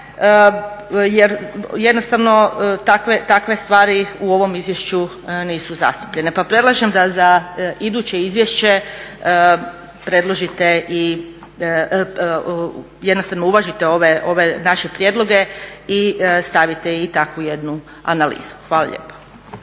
jer jednostavno takve stvari u ovom izvješću nisu zastupljene. Pa predlažem da za iduće izvješće predložite i jednostavno uvažite ove naše prijedloge i stavite i takvu jednu analizu. Hvala lijepo.